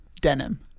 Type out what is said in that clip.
Denim